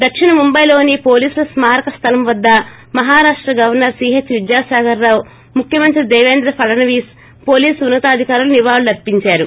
దక్షిణ ముంబైలోని పోలీసుల స్మారక స్లలం వద్ద Maharashtra governor C H Vidyasagar Rao ముఖ్యమంత్రి దేపేంద్ర ఫడణవీస్ పోలీసు ఉన్న తాధికారులు నివాళులర్పించారు